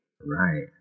Right